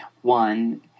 one